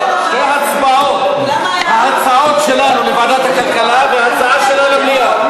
שתי הצבעות: ההצעות שלנו לוועדת הכלכלה וההצעה שלה למליאה.